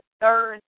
third